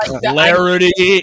clarity